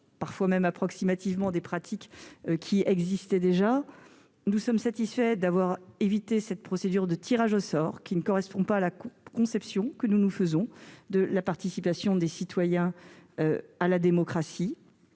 marbre, même approximativement, des pratiques qui existaient déjà, nous sommes satisfaits d'avoir évité la procédure de tirage au sort, qui ne correspond pas à la conception que nous nous faisons de la participation des citoyens à la démocratie.